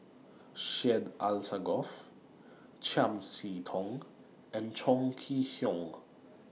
Syed Alsagoff Chiam See Tong and Chong Kee Hiong